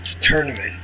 tournament